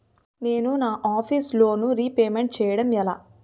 నేను నా office loan repayment చేయడం ఎలా?